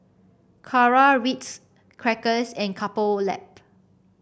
Kara Ritz Crackers and Couple Lab